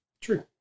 True